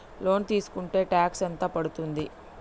Loan తీస్కుంటే tax ఎంత పడ్తుంది?